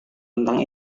tentang